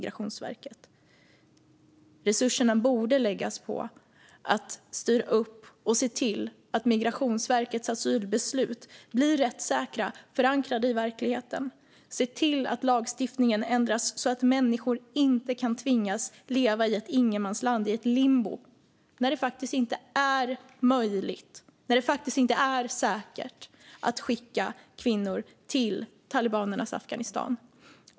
Resurserna borde läggas på att styra upp och se till att Migrationsverkets asylbeslut blir rättssäkra och förankrade i verkligheten och att lagstiftningen ändras så att människor inte kan tvingas leva i ett ingenmansland, ett limbo, när det faktiskt inte är möjligt eller säkert att skicka kvinnor till talibanernas Afghanistan.